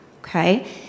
Okay